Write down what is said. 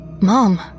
Mom